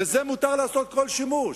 בזה מותר לעשות כל שימוש,